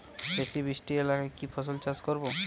বেশি বৃষ্টি এলাকায় কি ফসল চাষ করব?